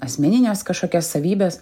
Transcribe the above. asmenines kažkokias savybes